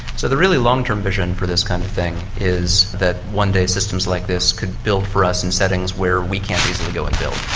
so the really long-term vision for this kind of thing is that one day systems like this could build for us in settings where we can't easily go and build.